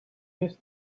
miss